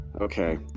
Okay